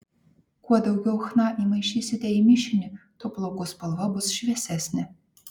kuo daugiau chna įmaišysite į mišinį tuo plaukų spalva bus šviesesnė